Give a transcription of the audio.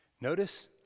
Notice